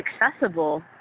accessible